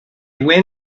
went